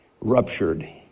ruptured